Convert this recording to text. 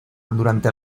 durante